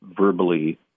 verbally